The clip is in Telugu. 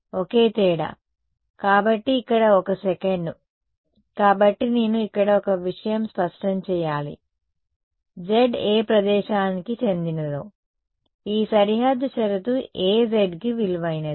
ఒకే తేడా కాబట్టి ఇక్కడ 1 సెకను కాబట్టి నేను ఇక్కడ ఒక విషయం స్పష్టం చేయాలి z ఏ ప్రదేశానికి చెందినదో ఈ సరిహద్దు షరతు ఏ z కి విలువైనది